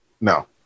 No